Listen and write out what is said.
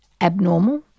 abnormal